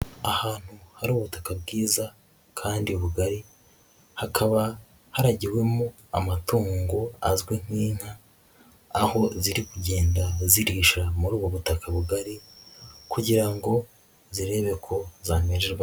Ahantu hari ubutaka bwiza kandi bugari, hakaba haragiwemo amatungo azwi nk'inka, aho ziri kugenda zirisha muri ubu butaka bugari kugira ngo zirebe ko zamererwa.